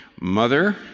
Mother